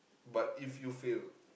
but if you fail